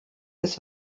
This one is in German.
ist